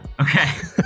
Okay